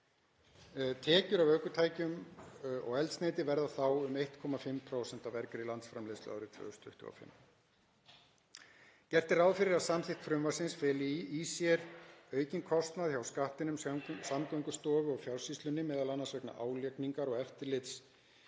Tekjur af ökutækjum og eldsneyti verða þá um 1,5% af vergri landsframleiðslu árið 2025. Gert er ráð fyrir að samþykkt frumvarpsins feli í sér aukinn kostnað hjá Skattinum, Samgöngustofu og Fjársýslunni, m.a. vegna álagningar og eftirlits,